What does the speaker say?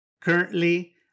Currently